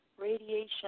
radiation